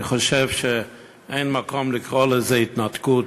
אני חושב שאין מקום לקרוא לזה התנתקות.